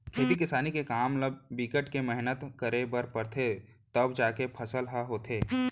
खेती किसानी के काम म बिकट के मेहनत करे बर परथे तव जाके फसल ह होथे